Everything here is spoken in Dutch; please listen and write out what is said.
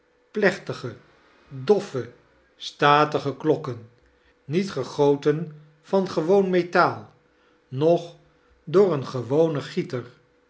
plechtige doffe statige klokken niet gegoten van gewoon metaal noch door een gewonen gieter